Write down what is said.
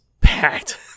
packed